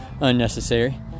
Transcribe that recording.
unnecessary